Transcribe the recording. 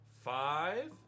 five